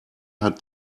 hat